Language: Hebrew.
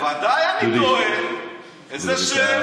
בוודאי אני טועה, דודי, בבקשה, איזו שאלה.